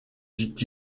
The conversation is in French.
dit